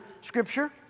Scripture